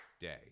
Day